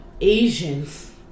asians